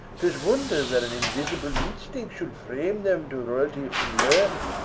tis wonder that an invisible instinct should frame them to royalty unlearn'd,